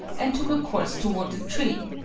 and took a course toward the tree.